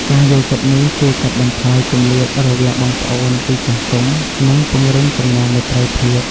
ការយល់ចិត្តនេះជួយកាត់បន្ថយគម្លាតរវាងបងប្អូន ឬចាស់ទុំ និងពង្រឹងចំណងមេត្រីភាព។